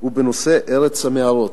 הוא בנושא "ארץ המערות",